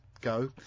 go